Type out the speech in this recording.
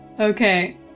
Okay